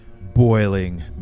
boiling